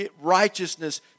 righteousness